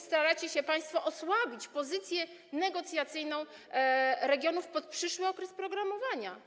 staracie się państwo osłabić pozycję negocjacyjną regionów pod przyszły okres programowania.